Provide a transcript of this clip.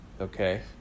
okay